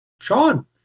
Sean